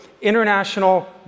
international